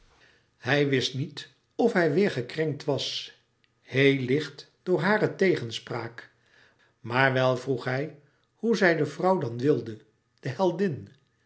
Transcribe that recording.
hij wist niet of hij weêr gekrenkt was heel louis couperus metamorfoze licht door hare tegenspraak maar wel vroeg hij hoe zij de vrouw dan wilde de heldin